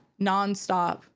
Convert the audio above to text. nonstop